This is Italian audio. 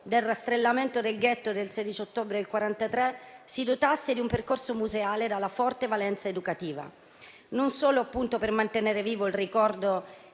del rastrellamento del ghetto del 16 ottobre del 1943, si dotasse di un percorso museale dalla forte valenza educativa, non solo - appunto - per mantenere vivo il ricordo